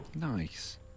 Nice